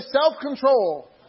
self-control